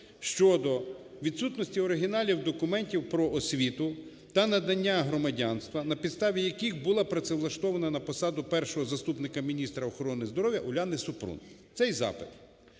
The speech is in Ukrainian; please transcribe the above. щодо відсутності оригіналів документів про освіту та надання громадянства, на підставі яких була працевлаштована на посаду першого заступника міністра охорони здоров'я Уляни Супрун, цей запит.